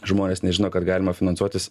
žmonės nežino kad galima finansuotis